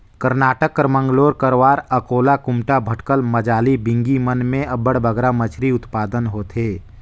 करनाटक कर मंगलोर, करवार, अकोला, कुमटा, भटकल, मजाली, बिंगी मन में अब्बड़ बगरा मछरी उत्पादन होथे